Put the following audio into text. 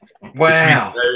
Wow